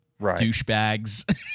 douchebags